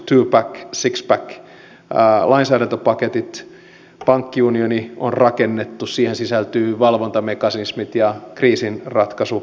hyväksytyt twopack sixpack lainsäädäntöpaketit pankkiunioni on rakennettu siihen sisältyvät valvontamekanismit ja kriisinratkaisumekanismit